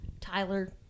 Tyler